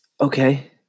okay